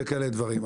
וכאלה דברים.